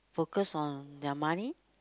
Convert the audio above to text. focus on their money